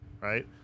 right